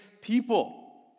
people